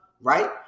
right